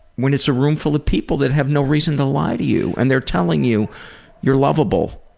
when it's a room full of people that have no reason to lie to you and they're telling you you're loveable.